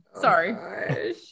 sorry